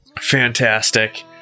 Fantastic